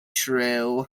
true